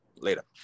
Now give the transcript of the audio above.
later